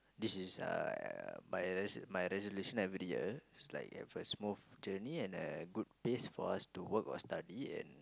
this is uh my res~ my resolution every year like have a smooth journey and a good pace for us to work or study and